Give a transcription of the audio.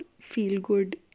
feel-good